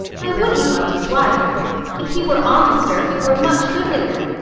i would he lov'd his wife if he were honester he were much goodlier.